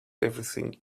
everything